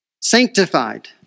sanctified